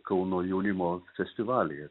kauno jaunimo festivalyje